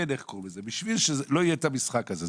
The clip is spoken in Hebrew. בשביל שלא יהיה את המשחק הזה,